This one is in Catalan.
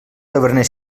taverner